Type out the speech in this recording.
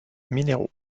mineiro